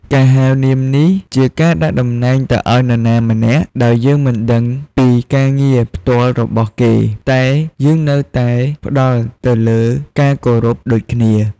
ការហៅនាមនេះជាការដាក់ដំណែងទៅឲ្យនរណាម្នាក់ដោយយើងមិនដឹងពីការងារផ្ទាល់របស់គេ តែយើងនៅតែផ្ដល់ទៅលើការគោរពដូចគ្នា។